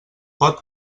pot